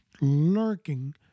lurking